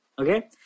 Okay